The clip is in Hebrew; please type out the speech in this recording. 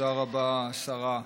תודה רבה, השרה.